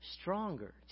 stronger